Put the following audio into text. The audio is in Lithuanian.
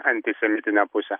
antisemitinę pusę